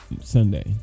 sunday